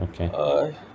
Okay